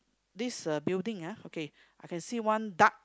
this uh building ah okay I can see one dark